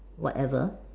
whatever